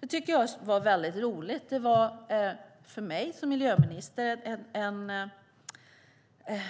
Det var för mig som miljöminister en bra dag.